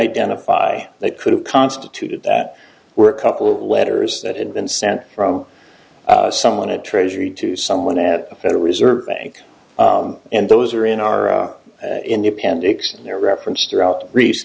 identify that could have constituted that were a couple of letters that had been sent from someone at treasury to someone at the federal reserve bank and those are in our independence in their reference throughout the re